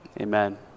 amen